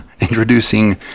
introducing